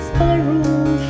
Spiral